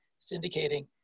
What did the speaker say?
syndicating